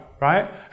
right